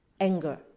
anger